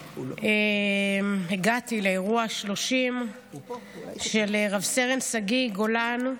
הגעתי לאירוע ה-30 של רב-סרן שגיא גולן,